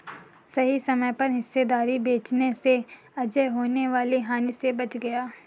सही समय पर हिस्सेदारी बेचने से अजय होने वाली हानि से बच गया